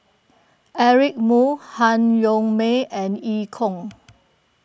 Eric Moo Han Yong May and Eu Kong